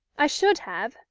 i should have,